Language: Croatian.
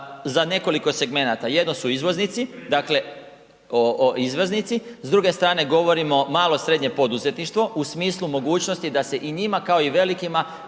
za nekoliko segmenata. Jedno su izvoznici, dakle izvoznici, s druge strane govorimo malo i srednje poduzetništvo u smislu mogućnosti da se i njima kao i velikima